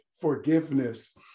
forgiveness